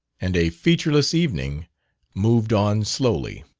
and a featureless evening moved on slowly.